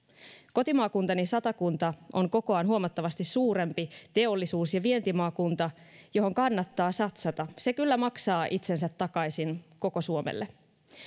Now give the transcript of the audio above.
kotimaakuntani satakunta on kokoaan huomattavasti suurempi teollisuus ja vientimaakunta johon kannattaa satsata se kyllä maksaa itsensä takaisin koko suomelle